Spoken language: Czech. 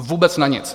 Vůbec na nic.